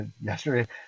Yesterday